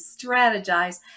strategize